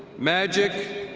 magic,